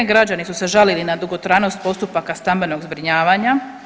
Građani su se žalili na dugotrajnost postupaka stambenog zbrinjavanja.